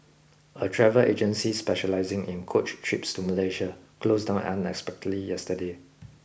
a travel agency specialising in coach trips to Malaysia closed down unexpectedly yesterday